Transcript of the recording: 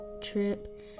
trip